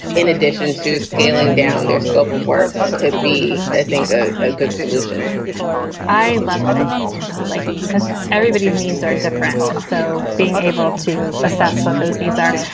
in addition to scaling down their scope of work could be, i think, a ah good solution i love that idea. it's yeah um like because everybody's needs are different. and so being able to assess what those needs are.